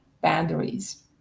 boundaries